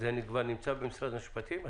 זה כבר נמצא במשרד המשפטים?